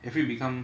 have you become